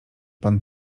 pan